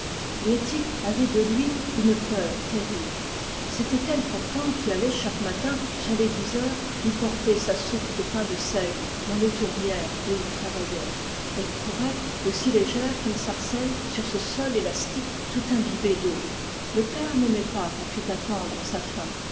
liettik avait de lui une peur terrible c'était elle pourtant qui allait chaque matin sur les dix heures lui porter sa soupe de pain de seigle dans les tourbières où il travaillait elle courait aussi légère qu'une sarcelle sur ce sol élastique tout imbibé d'eau le père n'aimait pas qu'on fît attendre sa faim